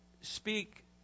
speak